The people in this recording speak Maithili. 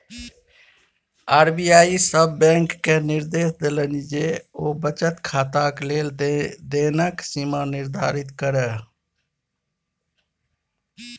आर.बी.आई सभ बैंककेँ निदेर्श देलनि जे ओ बचत खाताक लेन देनक सीमा निर्धारित करय